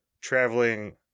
traveling